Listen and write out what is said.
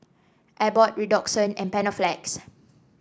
Abbott Redoxon and Panaflex